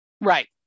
Right